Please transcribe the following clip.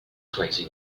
crazy